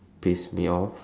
piss me off